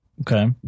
Okay